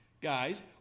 guys